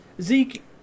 Zeke